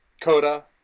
Coda